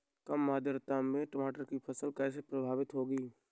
कम आर्द्रता में टमाटर की फसल कैसे प्रभावित होगी?